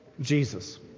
Jesus